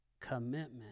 commitment